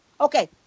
okay